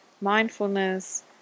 mindfulness